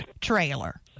trailer